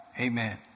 Amen